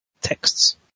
texts